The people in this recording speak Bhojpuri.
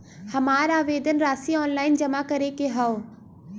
हमार आवेदन राशि ऑनलाइन जमा करे के हौ?